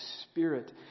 Spirit